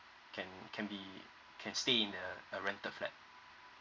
can can be can stay in the a rental flat